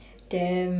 damn